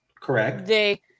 Correct